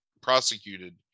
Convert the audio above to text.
prosecuted